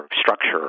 structure